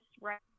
Right